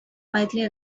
quietly